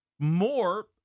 more